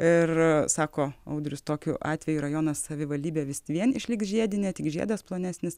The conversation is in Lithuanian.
ir sako audrius tokiu atveju rajono savivaldybė vis vien išliks žiedinė žiedas plonesnis